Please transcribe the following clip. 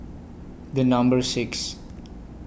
The Number six